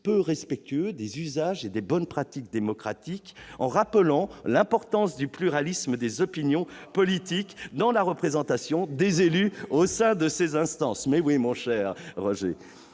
peu respectueux des usages et des bonnes pratiques démocratiques, en rappelant l'importance du pluralisme des opinions politiques dans la représentation des élus au sein de ces instances. En conclusion,